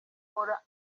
uhora